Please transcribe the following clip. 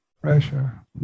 pressure